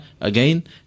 again